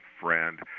friend